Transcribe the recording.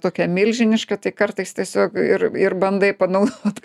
tokia milžiniška tai kartais tiesiog ir ir bandai panaudot